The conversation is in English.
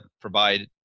provide